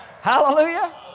Hallelujah